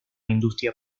industria